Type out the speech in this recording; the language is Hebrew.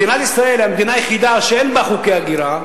מדינת ישראל היא המדינה היחידה שאין בה חוקי הגירה,